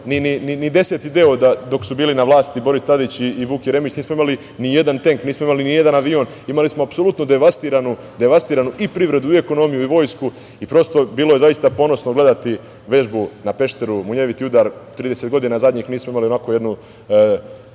ni deseti deo dok su bili na vlasti Boris Tadić i Vuk Jeremić, nismo imali ni jedan tenk, nismo imali ni jedan avion. Imali smo apsolutno devastiranu i privredu i ekonomiju i vojsku. Prosto, bilo je zaista ponosno gledati vežbu na Pešteru, munjeviti udar. Trideset godina zadnjih nismo imali onakvu jednu